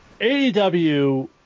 AEW